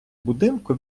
будинку